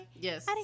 yes